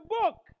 book